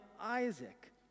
Isaac